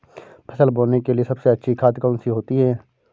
फसल बोने के लिए सबसे अच्छी खाद कौन सी होती है?